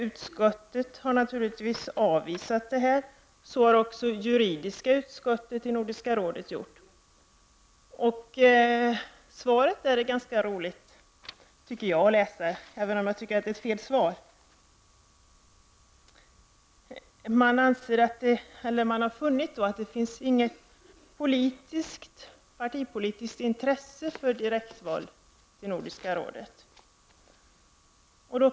Utskottsmajoriteten har naturligtvis avstyrkt vår motion, liksom även juridiska utskottet i Nordiska rådet. Utskottets skrivning är intressant att läsa, även om jag tycker att den är felaktig. Utskottet har funnit att det inte finns något partipolitiskt intresse för direktval till Nordiska rådet.